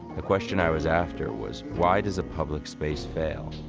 the question i was after was, why does a public space fail?